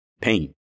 pain